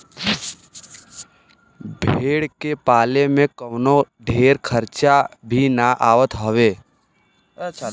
भेड़ के पाले में कवनो ढेर खर्चा भी ना आवत हवे